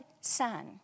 son